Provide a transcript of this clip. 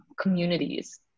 communities